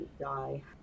die